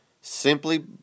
simply